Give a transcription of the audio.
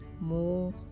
more